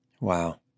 Wow